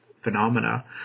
phenomena